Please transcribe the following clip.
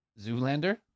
Zoolander